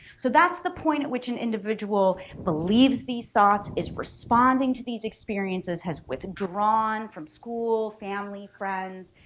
so that's the point at which an individual believes these thoughts, is responding to these experiences, has withdrawn from school, family, friends.